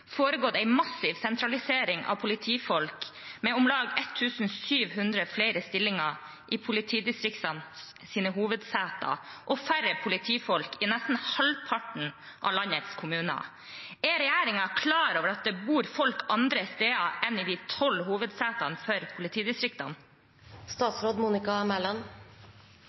foregått en massiv sentralisering av politifolk med om lag 1 700 flere stillinger ved politidistriktenes hovedseter og færre politifolk i nesten halvparten av landets kommuner. Er regjeringen klar over at det bor folk andre steder enn på de 12 hovedsetene for